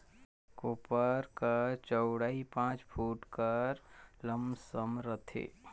कोपर कर चउड़ई पाँच फुट कर लमसम रहथे